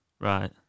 Right